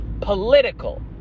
political